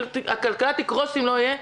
הכלכלה תקרוס אם לא יהיו.